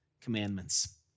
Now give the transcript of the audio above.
Commandments